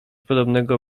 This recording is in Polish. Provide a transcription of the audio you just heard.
podobnego